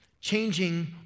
changing